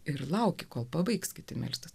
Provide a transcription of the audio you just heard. ir lauki kol pabaigs kiti melstis